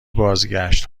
بازگشت